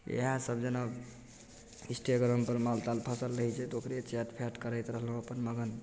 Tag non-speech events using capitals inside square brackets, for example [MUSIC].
इएहसब जेना इन्स्टेग्रामपर मेल तेल खसल रहै छै तऽ ओकरे चैट फैट करैत रहलहुँ अपन [UNINTELLIGIBLE]